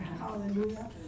Hallelujah